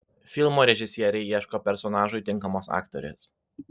filmo režisieriai ieško personažui tinkamos aktorės